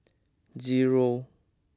zero